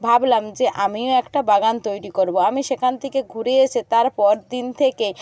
ভাবলাম যে আমিও একটা বাগান তৈরি করব আমি সেখান থেকে ঘুরে এসে তারপর দিন থেকেই